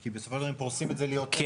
כי בסופו של דבר אם פורסים את זה יותר --- כן,